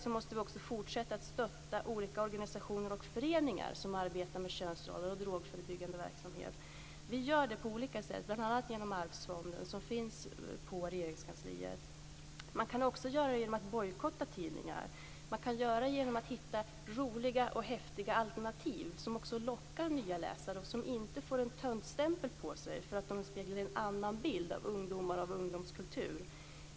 Vi måste också fortsätta att stötta olika organisationer och föreningar som arbetar med könsroller och drogförebyggande verksamhet. Vi gör det på olika sätt, bl.a. genom Arvsfonden, som finns på Regeringskansliet. Man kan göra det genom att bojkotta tidningar. Man kan göra det genom att hitta roliga och häftiga alternativ som lockar nya läsare, och som inte får en töntstämpel på sig för att de speglar en annan bild av ungdomar och ungdomskultur.